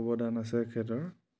অৱদান আছে এখেতৰ